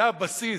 זה הבסיס.